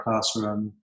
classroom